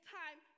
time